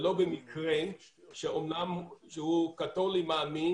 זה לא במקרה שאמנם הוא קתולי מאמין,